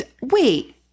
wait